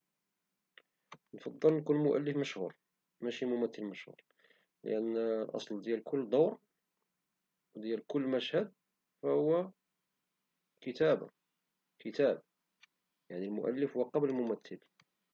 نفضل نكون مؤلف مشهور وماشي ممثل مشهور، لأن الأصل ديال كل دور وديال كل مشهد فهو كتابة، كتاب، يعني المؤلف هو قبل الممثل.